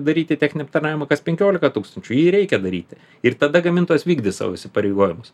daryti techninį aptarnavimą kas penkiolika tūkstančių jį reikia daryti ir tada gamintojas vykdys savo įsipareigojimus